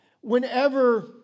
whenever